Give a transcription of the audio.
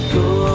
go